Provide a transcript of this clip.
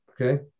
Okay